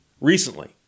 recently